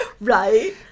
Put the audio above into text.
Right